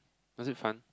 does it fun